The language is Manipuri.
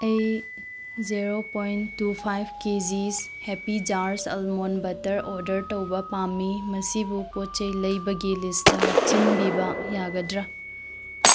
ꯑꯩ zero point two five K Gs happy jar almond butter order ꯇꯧꯕ ꯄꯥꯝꯃꯤ ꯃꯁꯤꯕꯨ ꯄꯣꯠ ꯆꯩ ꯂꯩꯕꯒꯤ ꯂꯤꯁꯇ ꯍꯥꯞꯆꯤꯟꯕꯤꯕ ꯌꯥꯒꯗ꯭ꯔꯥ